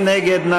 מי נגד?